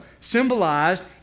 symbolized